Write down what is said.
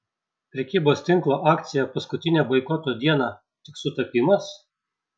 prekybos tinklo akcija paskutinę boikoto dieną tik sutapimas